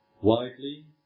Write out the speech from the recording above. widely